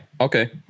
Okay